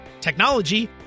technology